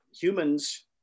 humans